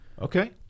Okay